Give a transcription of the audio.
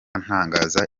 ntangaza